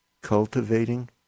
cultivating